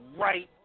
right